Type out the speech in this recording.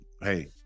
hey